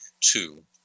two